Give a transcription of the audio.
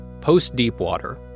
Post-deepwater